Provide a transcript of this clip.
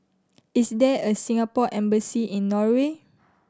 is there a Singapore Embassy in Norway